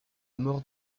mort